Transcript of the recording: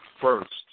first